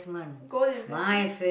gold investment